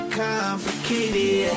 complicated